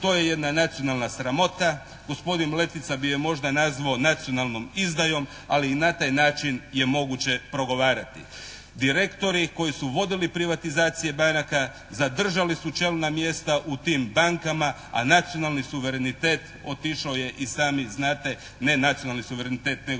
To je jedna nacionalna sramota. Gospodi Letica bi je možda nazvao nacionalnom izdajom, ali i na taj način je moguće progovarati. Direktori koji su vodili privatizacije banaka zadržali su čelna mjesta u tim bankama, a nacionalni suverenitet otišao je i sami znate, ne nacionalni suverenitet nego